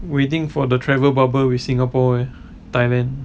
waiting for the travel bubble with singapore eh thailand